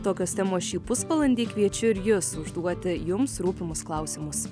tokios temos šį pusvalandį kviečiu ir jus užduoti jums rūpimus klausimus